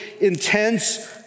intense